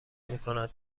میکند